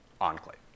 enclave